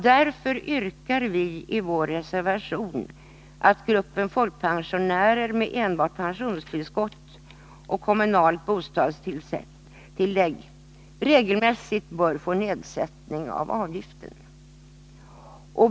Därför yrkar vi i vår reservation att gruppen folkpensionärer med enbart pensionstillskott och kommunalt bostadstillägg regelmässigt bör få nedsättning av avgiften.